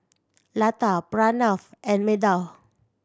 Lata Pranav and Medha